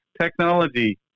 Technology